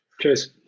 Cheers